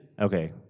Okay